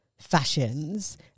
fashions